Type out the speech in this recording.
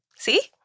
see?